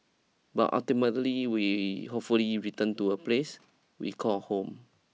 but ultimately we hopefully return to a place we call home